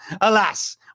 alas